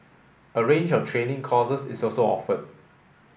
a range of training courses is also offered